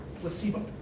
placebo